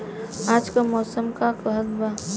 आज क मौसम का कहत बा?